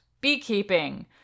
beekeeping